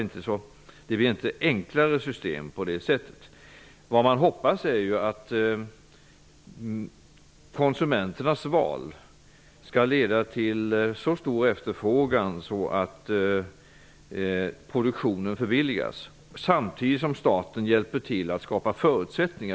Systemet blir inte enklare på det sättet. Vad man hoppas är att konsumenternas val skall leda till så stor efterfrågan att produktionen förbilligas, samtidigt som staten hjälper till att skapa förutsättningar.